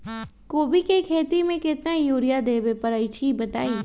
कोबी के खेती मे केतना यूरिया देबे परईछी बताई?